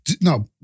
No